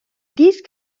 these